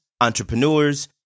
entrepreneurs